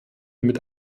mit